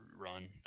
run